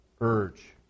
Urge